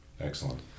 Excellent